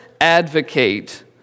advocate